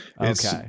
Okay